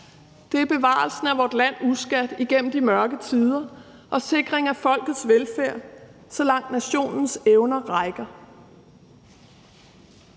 det er Bevarelsen af vort Land uskadt igennem de mørke Tider og Sikring af folkets velfærd, så langt Nationens Evner rækker.«